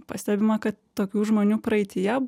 pastebima kad tokių žmonių praeityje